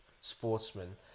sportsman